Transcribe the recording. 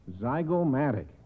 Zygomatic